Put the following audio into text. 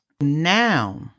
Now